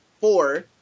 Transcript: four